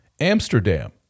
Amsterdam